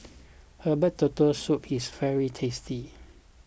Herbal Turtle Soup is very tasty